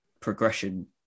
progression